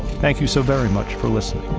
thank you so very much for listenin